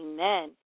Amen